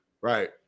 Right